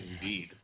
indeed